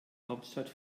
hauptstadt